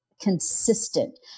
consistent